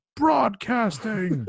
broadcasting